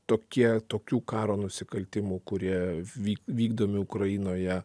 tokie tokių karo nusikaltimų kurie vyk vykdomi ukrainoje